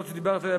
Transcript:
זאת שדיברת עליה,